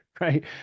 right